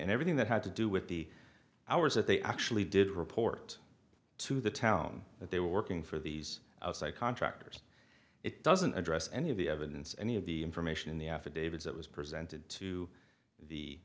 and everything that had to do with the hours that they actually did report to the town that they were working for these contractors it doesn't address any of the evidence any of the information in the affidavits that was presented to the